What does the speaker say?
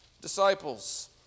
disciples